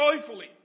joyfully